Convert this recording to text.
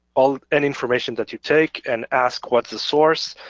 all any information that you take and ask what's the source?